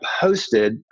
posted